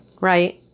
Right